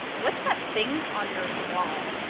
what's that thing on your wall?